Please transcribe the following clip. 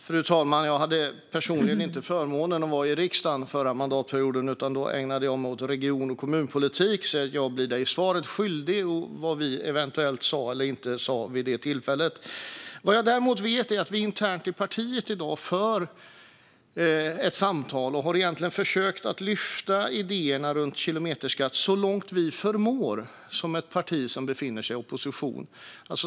Fru talman! Jag hade personligen inte förmånen att vara i riksdagen förra mandatperioden, utan då ägnade jag mig åt region och kommunpolitik. Jag blir därför Lorentz Tovatt svaret skyldig när det gäller vad vi eventuellt sa eller inte sa vid det tillfället. Vad jag däremot vet är att vi internt i partiet i dag för ett samtal och har försökt att lyfta idéerna om kilometerskatt så långt vi förmår som ett parti som befinner sig i opposition.